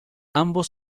ambos